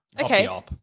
Okay